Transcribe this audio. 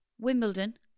Wimbledon